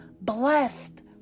blessed